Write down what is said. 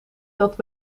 dat